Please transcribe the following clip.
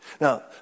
Now